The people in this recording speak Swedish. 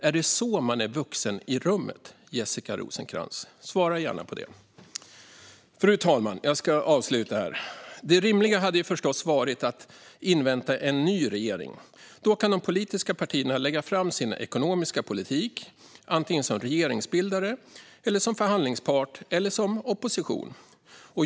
Är det så man är den vuxne i rummet, Jessica Rosencrantz? Svara gärna på det. Fru talman! Jag ska avsluta mitt anförande. Det rimliga hade förstås varit att invänta en ny regering. Då kunde de politiska partierna lägga fram sin ekonomiska politik som antingen regeringsbildare, förhandlingspart eller opposition.